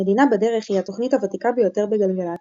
"מדינה בדרך" היא התוכנית הוותיקה ביותר בגלגלצ,